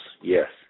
yes